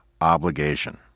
obligation